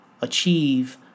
achieve